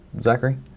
Zachary